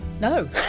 No